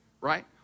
right